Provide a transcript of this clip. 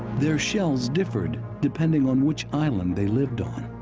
their shells differed depending on which island they lived on.